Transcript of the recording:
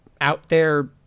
out-there